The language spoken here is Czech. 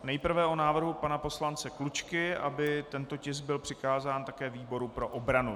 Nejprve o návrhu pana poslance Klučky, aby tento tisk byl přikázán také výboru pro obranu.